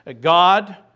God